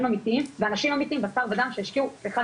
אמיתיים ואנשים אמיתיים שהשקיעו וסליחה,